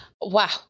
Wow